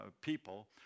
people